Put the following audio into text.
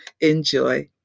enjoy